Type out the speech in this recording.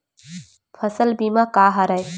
फसल बीमा का हरय?